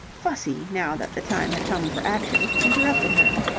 fussy now that the time had come for action, interrupted her.